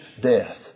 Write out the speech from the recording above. death